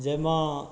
जाहिमे